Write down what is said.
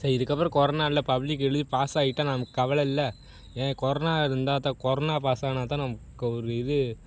சரி இதுக்கப்புறம் கொரானாவில் பப்ளிக் எழுதி பாஸாகிட்டா நமக்கு கவலை இல்லை ஏன் கொரனா இருந்தால் தான் கொரனா பாஸானால் தான் நமக்கு ஒரு இது